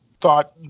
thought